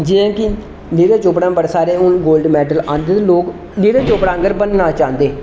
जि'यां कि नीरज चोपड़ा ने बड़े सारे गोल्ड मेडल आंदे दे हून लोग नीरज चौपड़ा आह्ङगर बनना चाहंदे